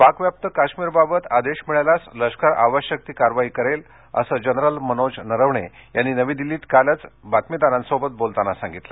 पाकव्याप्त काश्मीरबाबत आदेश मिळाल्यास लष्कर आवश्यक ती कारवाई करेल असं जनरल मनोज नरवणे यांनी नवी दिल्लीत कालच बातमीदारांसोबत बोलताना सांगितलं